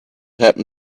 happen